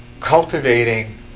cultivating